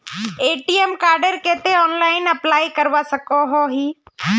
ATM कार्डेर केते online apply करवा सकोहो ही?